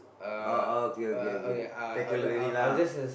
oh oh okay okay okay take care already lah